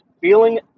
feeling